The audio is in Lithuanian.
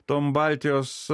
tom baltijos